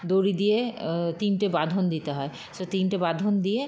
দড়ি দিয়ে তিনটে বাঁধন দিতে হয় সে তিনটে বাঁধন দিয়ে